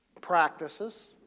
practices